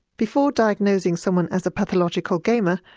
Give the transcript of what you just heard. before diagnosing someone as a pathological gamer,